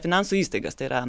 finansų įstaigas tai yra